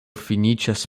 finiĝas